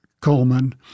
Coleman